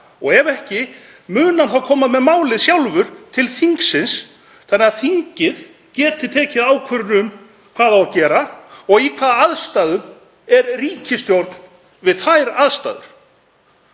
Ef ekki, mun hann þá koma með málið sjálfur til þingsins þannig að þingið geti tekið ákvörðun um hvað eigi að gera, og í hvaða aðstæðum er ríkisstjórnin þá? Hæstv.